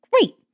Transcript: Great